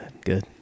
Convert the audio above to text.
Good